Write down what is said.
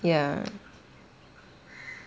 ya